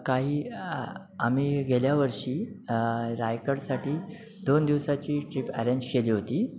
काही आम्ही गेल्या वर्षी रायगडसाठी दोन दिवसाची ट्रीप ॲरेंज केली होती